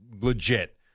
legit